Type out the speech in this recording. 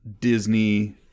disney